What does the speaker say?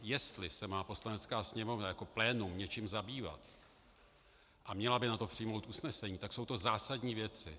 Jestli se má Poslanecká sněmovna jako plénum něčím zabývat a měla by k tomu přijmout usnesení, tak jsou to zásadní věci.